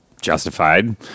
justified